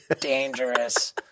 dangerous